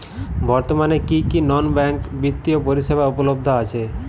বর্তমানে কী কী নন ব্যাঙ্ক বিত্তীয় পরিষেবা উপলব্ধ আছে?